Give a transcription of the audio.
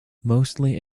mostly